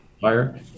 fire